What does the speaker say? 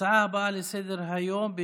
ההצעה הבאה לסדר-היום היא